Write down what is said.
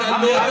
יודע.